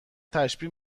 تشبیه